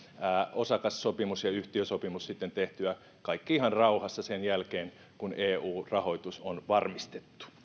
osakassopimus ja yhtiösopimus tehtyä kaikki ihan rauhassa sen jälkeen kun eu rahoitus on varmistettu